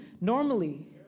normally